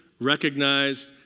recognized